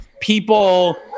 people